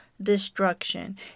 destruction